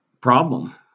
problem